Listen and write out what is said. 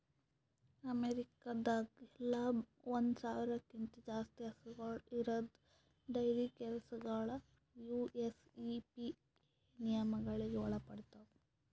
ಅಮೇರಿಕಾದಾಗ್ ಎಲ್ಲ ಒಂದ್ ಸಾವಿರ್ಕ್ಕಿಂತ ಜಾಸ್ತಿ ಹಸುಗೂಳ್ ಇರದ್ ಡೈರಿ ಕೆಲಸಗೊಳ್ ಯು.ಎಸ್.ಇ.ಪಿ.ಎ ನಿಯಮಗೊಳಿಗ್ ಒಳಪಡ್ತಾವ್